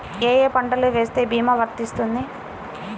ఏ ఏ పంటలు వేస్తే భీమా వర్తిస్తుంది?